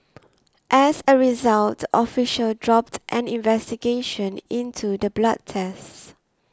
as a result the official dropped an investigation into the blood test